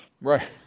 Right